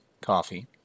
coffee